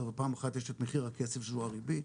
ופעם אחת יש את מחיר הכסף שזאת הריבית.